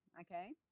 Okay